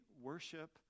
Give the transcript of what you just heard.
worship